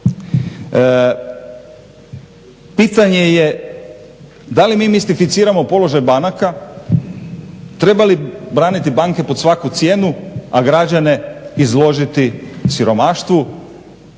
Pitanje je da li mi mistificiramo položaj banaka, treba li braniti banke pod svaku cijenu, a građane izložiti siromaštvu